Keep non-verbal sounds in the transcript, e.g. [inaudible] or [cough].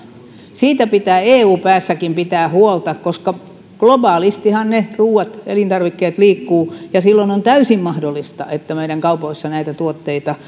siitä pitää eun päässäkin pitää huolta koska globaalistihan ne elintarvikkeet liikkuvat ja silloin on täysin mahdollista että meidän kaupoistamme löytyy tuotteita [unintelligible]